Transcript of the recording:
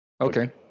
okay